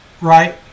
Right